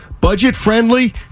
budget-friendly